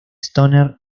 stoner